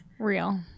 Real